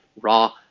raw